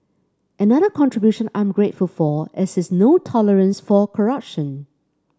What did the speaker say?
another contribution I'm grateful for is his no tolerance for corruption